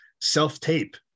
self-tape